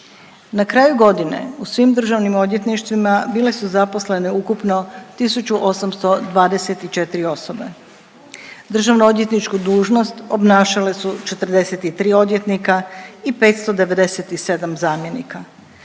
Na kraju godine u svim državnim odvjetništvima bile su zaposlene ukupno 1824 osobe. Državno odvjetničku dužnost obnašale su 43 odvjetnika i 597 zamjenika,